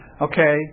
okay